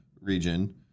region